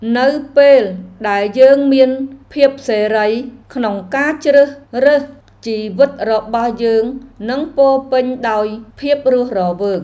នៅពេលដែលយើងមានភាពសេរីក្នុងការជ្រើសរើស ជីវិតរបស់យើងនឹងពោរពេញដោយភាពរស់រវើក។